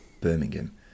Birmingham